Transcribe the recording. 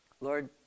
Lord